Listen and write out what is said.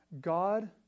God